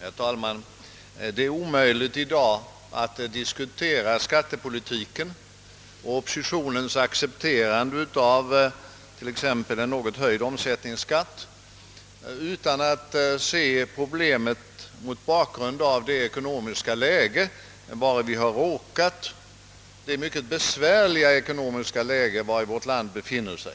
Herr talman! Det är omöjligt att i dag diskutera skattepolitiken och oppositionens accepterande t.ex. av en något höjd omsättningsskatt utan att se problemet mot bakgrund av det besvärliga ekonomiska läge vari vårt land befinner sig.